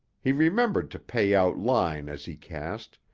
he remembered to pay out line as he cast,